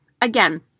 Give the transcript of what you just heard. again